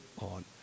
on